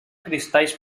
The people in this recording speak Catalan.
cristalls